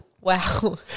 Wow